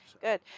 Good